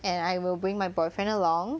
and I will bring my boyfriend along